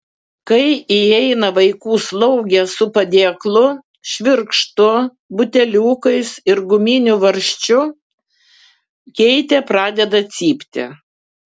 kai įeina vaikų slaugė su padėklu švirkštu buteliukais ir guminiu varžčiu keitė pradeda cypti